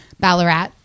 Ballarat